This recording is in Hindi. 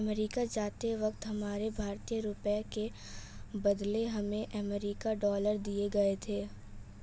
अमेरिका जाते वक्त हमारे भारतीय रुपयों के बदले हमें अमरीकी डॉलर दिए गए थे